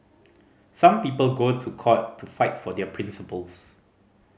some people go to court to fight for their principles